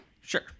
Sure